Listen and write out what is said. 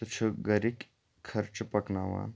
تہٕ چھُ گَرِکۍ خرچہٕ پَکناوان